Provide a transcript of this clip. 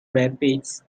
rapids